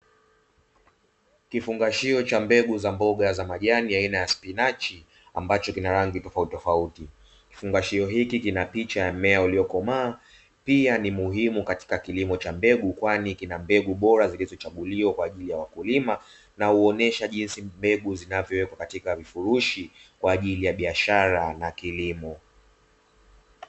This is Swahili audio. Kifungashio cha mbegu za mboga za majani aina ya spinachi, ambacho kina rangi tofautitofauti. Kifungashio hiki kina picha ya mmea uliokomaa, pia ni muhimu katika kilimo cha mbegu kwani kina mbegu bora zilizochaguliwa kwa ajili ya wakulima, na huonesha jinsi mbegu zinavyowekwa katika vifurushi kwa ajili ya biashara na kilimo.